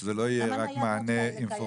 שזה לא יהיה רק מענה אינפורמטיבי,